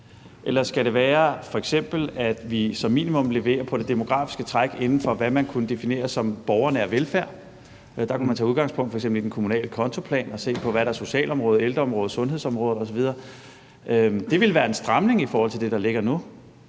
Eller skal det være, at vi f.eks. som minimum leverer på det demografiske træk inden for, hvad man kunne definere som borgernær velfærd? Der kunne man f.eks. tage udgangspunkt i den kommunale kontoplan og se på det i forhold til socialområdet, ældreområdet, sundhedsområdet osv. Det ville være en stramning i forhold til det, der ligger nu.